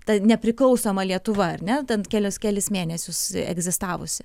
ta nepriklausoma lietuva ar ne ten kelias kelis mėnesius egzistavusi